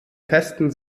festen